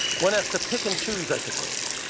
one has to pick and choose i suppose.